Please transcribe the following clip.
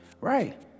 Right